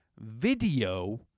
video